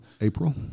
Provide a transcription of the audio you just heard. April